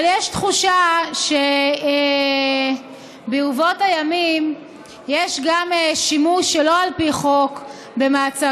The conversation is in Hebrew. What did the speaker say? אבל יש תחושה שברבות הימים יש גם שימוש שלא על פי חוק במעצרי